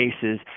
cases